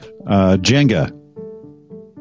Jenga